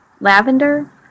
lavender